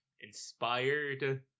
inspired